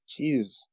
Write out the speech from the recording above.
Jeez